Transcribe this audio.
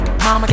Mama